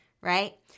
right